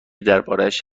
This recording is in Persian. دربارهاش